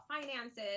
finances